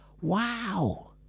Wow